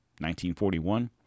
1941